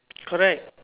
correct